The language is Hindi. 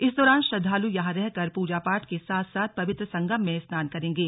इस दौरान श्रद्धालु यहां रहकर पूजा पाठ के साथ साथ पवित्र संगम में स्नान करेंगे